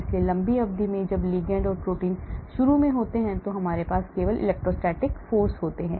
इसलिए लंबी अवधि में जब लिगैंड और प्रोटीन शुरू में होते हैं तो हमारे पास केवल इलेक्ट्रोस्टैटिक बल होते हैं